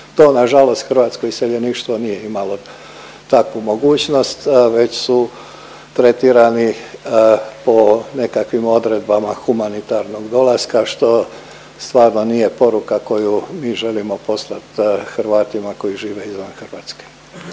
To nažalost hrvatsko iseljeništvo nije imalo takvu mogućnost, već su tretirani po nekakvim odredbama humanitarnog dolaska, što stvarno nije poruka koju mi želim poslati Hrvatima koji žive izvan Hrvatske.